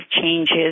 changes